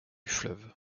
fleuve